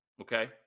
okay